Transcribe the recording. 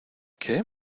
qué